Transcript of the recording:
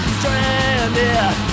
stranded